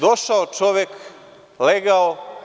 Došao čovek, legao.